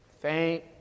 Thank